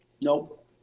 Nope